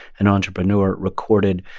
an entrepreneur, recorded,